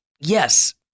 Yes